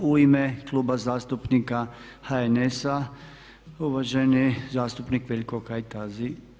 U ime Kluba zastupnika HNS-a uvaženi zastupnik Veljko Kajtazi.